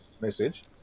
message